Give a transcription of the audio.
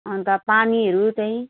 अन्त पानीहरू त्यही